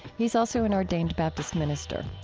he's also an ordained baptist minister.